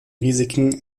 risiken